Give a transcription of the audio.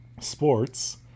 Sports